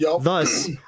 Thus